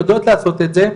יודעות לעשות את זה,